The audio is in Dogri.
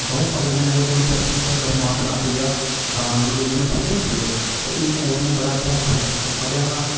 द'ऊं पग कन्ने गै पूरी धरती ब्रमांड नापी लेया दान दी कोई लिमिट थोह्ड़ी होंदी ऐ एह् कोट मै बड़ा अच्छा कुसे बुक च पढ़ेया हा